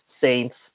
saints